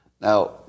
Now